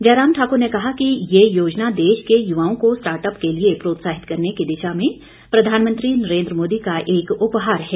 जयराम ठाकुर ने कहा कि ये योजना युवाओं को स्टार्टअप के लिए प्रोत्साहित करने की दिशा में प्रधानमंत्री नरेंद्र मोदी का एक उपहार है